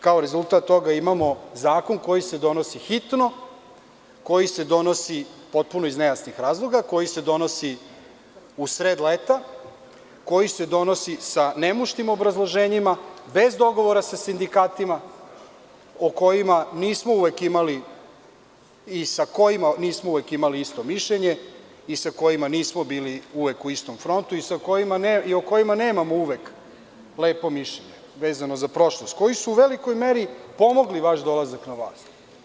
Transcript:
Kao rezultat toga imamo zakon koji se donosi hitno, koji se donosi potpuno iz nejasnih razloga, koji se donosi u sred leta, koji se donosi sa nemuštim obrazloženjima, bez dogovora sa sindikatima o kojima nismo uvek imali i sa kojima nismo uvek imali isto mišljenje i sa kojima nismo bili uvek u istom frontu i o kojima nemamo uvek lepo mišljenje vezano za prošlost, koji su u velikoj meri pomogli vaš dolazak na vlast.